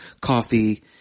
coffee